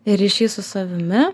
ryšys su savimi